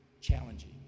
challenging